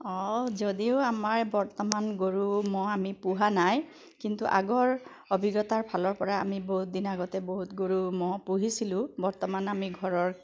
যদিও আমাৰ বৰ্তমান গৰু ম'হ আমি পোহা নাই কিন্তু আগৰ অভিজ্ঞতাৰ ফালৰ পৰা আমি বহুত দিন আগতে আমি বহুত গৰু ম'হ পুহিছিলোঁ বৰ্তমান আমি ঘৰৰ